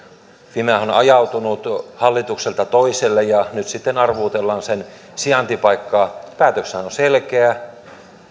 fimeahan on ajautunut hallitukselta toiselle ja nyt sitten arvuutellaan sen sijaintipaikkaa päätöshän on selkeä